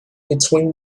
between